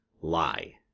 lie